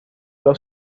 los